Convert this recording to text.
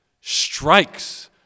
strikes